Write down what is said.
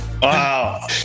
Wow